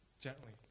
gently